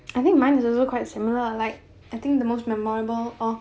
I think mine is also quite similar or like I think the most memorable or